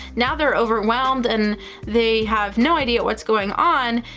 now, they're overwhelmed and they have no idea what's going on.